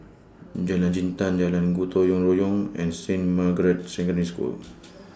Jalan Jintan Jalan Gotong Royong and Saint Margaret's Secondary School